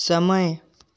समय